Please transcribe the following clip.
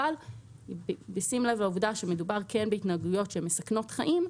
אבל בשים לב לעובדה שכאשר מדובר בהתנהגויות שמסכנות חיים,